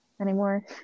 anymore